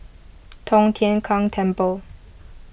Tong Tien Kung Temple